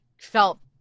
felt